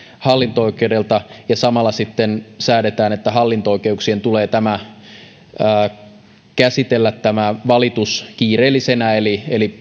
hallinto oikeudelta samalla säädetään että hallinto oikeuksien tulee käsitellä tämä valitus kiireellisenä eli eli